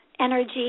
energy